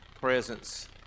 presence